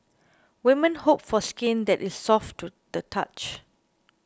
women hope for skin that is soft to the touch